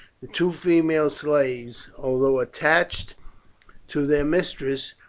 the two female slaves, although attached to their mistress,